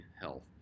Health